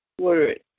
word